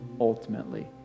ultimately